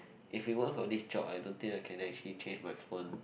if you went for this job I don't think I can actually change my phone